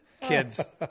kids